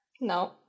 No